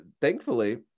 thankfully